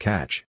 Catch